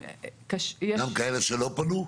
גם כאלה שלא פנו?